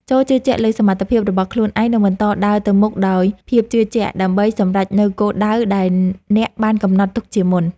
ចូរជឿជាក់លើសមត្ថភាពរបស់ខ្លួនឯង និងបន្តដើរទៅមុខដោយភាពជឿជាក់ដើម្បីសម្រេចនូវគោលដៅដែលអ្នកបានកំណត់ទុកជាមុន។